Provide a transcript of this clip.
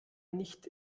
nicht